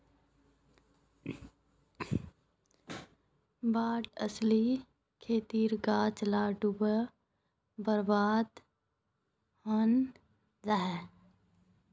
बाढ़ ओस्ले खेतेर गाछ ला डूबे बर्बाद हैनं जाहा